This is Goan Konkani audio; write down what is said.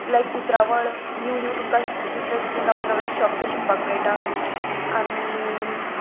लायक उतरावळ न्यू न्यू तुमकां दुसरे दुसरे नवे नवे शब्द शिकपाक मेळटा आनी